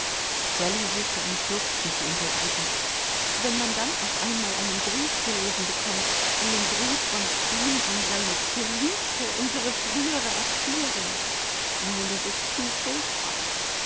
dolly suchte ein schluchzen zu unterdrücken wenn man dann auf einmal einen brief zu lesen bekommt einen brief von ihm an seine geliebte unsere frühere erzieherin nein das ist zu furchtbar